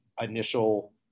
initial